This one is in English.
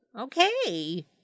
Okay